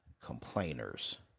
complainers